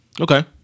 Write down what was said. Okay